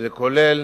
וזה כולל